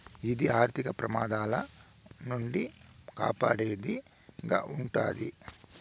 ఇది ఆర్థిక ప్రమాదాల నుండి కాపాడేది గా ఉంటది